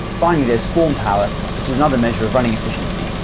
finally there's form power which is another measure of running efficiency,